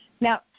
Now